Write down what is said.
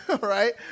right